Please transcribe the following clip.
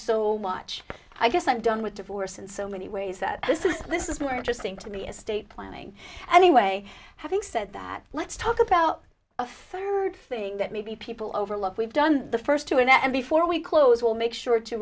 so much i guess i'm done with divorce and so many ways that this is this is more interesting to be estate planning anyway having said that let's talk about a third thing that maybe people overlook we've done the first two in and before we close will make sure to